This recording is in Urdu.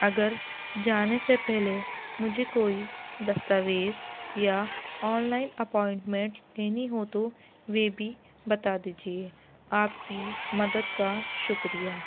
اگر جانے سے پہلے مجھے کوئی دستاویز یا آن لائن اپوائنٹمنٹ لینی ہو تو وہ بھی بتا دیجیے آپ کی مدد کا شکریہ